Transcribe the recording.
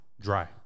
dry